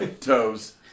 toes